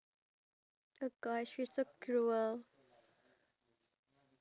so you you see animals being shredded do you know what I see